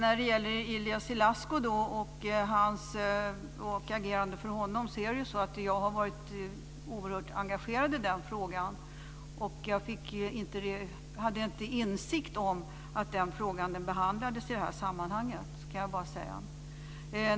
Fru talman! Jag har varit oerhört engagerad i frågan om Ilie Ilascu. Jag hade inte insikt om att den frågan behandlades i det här sammanhanget.